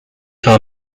her